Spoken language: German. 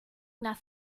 nach